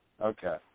Okay